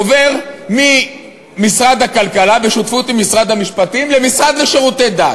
עובר ממשרד הכלכלה בשותפות עם משרד המשפטים למשרד לשירותי דת.